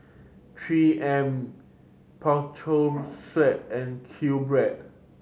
Three M Sweat and QBread